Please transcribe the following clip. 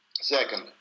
Second